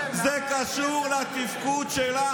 זה קשור לתפקוד שלך,